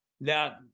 Now